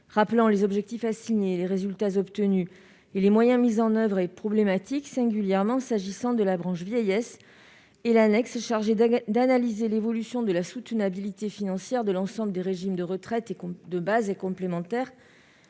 rappelant les objectifs assignés, les résultats obtenus et les moyens mis en oeuvre. Or cette disposition est problématique, singulièrement pour ce qui concerne la branche vieillesse et l'annexe chargée d'analyser l'évolution de la soutenabilité financière de l'ensemble des régimes de retraite de base et complémentaires